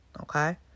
Okay